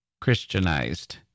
Christianized